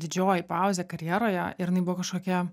didžioji pauzė karjeroje ir jinai buvo kažkokia